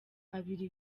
abiri